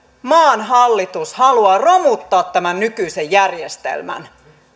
maan hallitus haluaa romuttaa tämän nykyisen järjestelmän